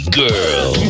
girl